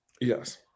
Yes